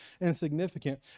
insignificant